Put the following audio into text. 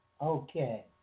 Okay